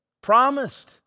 promised